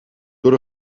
door